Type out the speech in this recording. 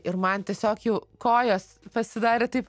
man tiesiog jau kojos pasidarė taip